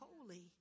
holy